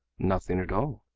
nothing at all.